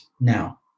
now